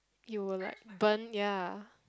you will like burn ya